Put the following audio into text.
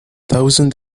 thousand